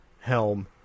helm